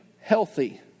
Healthy